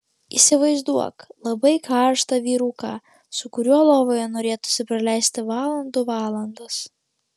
įsivaizduok labai karštą vyruką su kuriuo lovoje norėtųsi praleisti valandų valandas